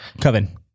Coven